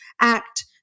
act